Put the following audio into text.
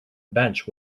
bench